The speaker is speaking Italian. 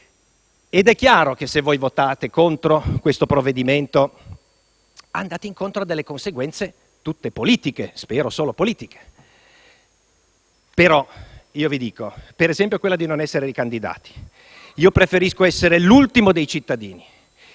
inoltre, che se voi votaste contro questo provvedimento andreste incontro a delle conseguenze tutte politiche (spero solo politiche), per esempio quella di non essere ricandidati. Io però preferisco essere l'ultimo dei cittadini